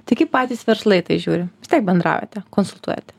tai kaip patys verslai į tai žiūri vis tiek bendraujate konsultuojate